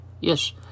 yes